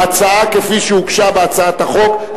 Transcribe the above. בהצעה כפי שהוגשה בהצעת החוק,